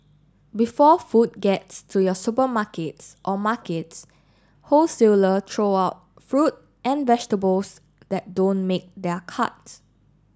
before food gets to your supermarkets or markets wholesaler throw out fruit and vegetables that don't make their cut